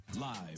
Live